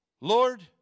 Lord